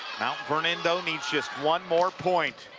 mount vernon, though, needs just one more point.